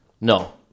No